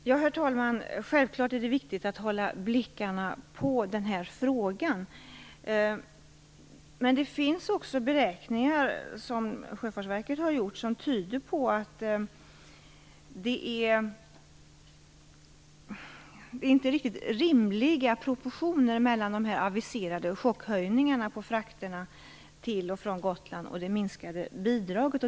Herr talman! Självklart är det viktigt att hålla blickarna på den här frågan. Det finns beräkningar som Sjöfartsverket har gjort som tyder på att det inte är riktigt rimliga proportioner mellan de aviserade chockhöjningarna på frakter till och från Gotland och det minskade bidraget.